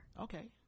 Okay